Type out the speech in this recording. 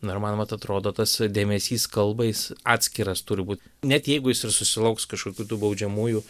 nu ir man vat atrodo tas dėmesys kalbai jis atskiras turi būt net jeigu jis ir susilauks kažkokių tų baudžiamųjų